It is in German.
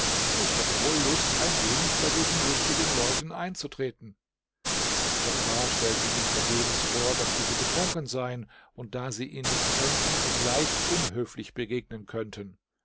ich hätte wohl lust ein wenig bei diesen lustigen leuten einzutreten djafar stellte ihm vergebens vor daß diese betrunken seien und da sie ihn nicht kennten ihm leicht unhöflich begegnen könnten